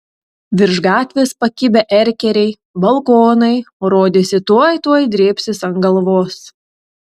virš gatvės pakibę erkeriai balkonai rodėsi tuoj tuoj drėbsis ant galvos